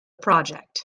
project